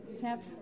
Tap